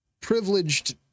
privileged